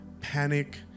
panic